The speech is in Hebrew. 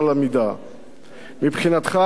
מבחינתך כל האמצעים כשרים,